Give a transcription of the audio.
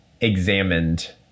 examined